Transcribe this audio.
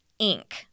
INC